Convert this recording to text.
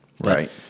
right